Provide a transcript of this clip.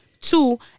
two